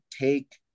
take